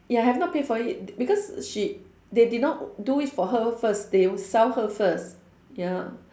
ya have not paid for it because she they did not do it for her first they sell her first ya